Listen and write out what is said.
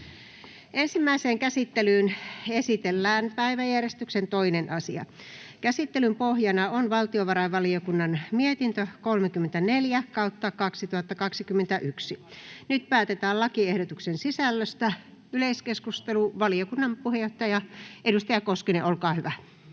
Ensimmäiseen käsittelyyn esitellään päiväjärjestyksen 2. asia. Käsittelyn pohjana on valtiovarainvaliokunnan mietintö VaVM 34/2021 vp. Nyt päätetään lakiehdotuksen sisällöstä. — Yleiskeskustelu. Valiokunnan puheenjohtaja, edustaja Koskinen, olkaa hyvä.